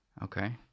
Okay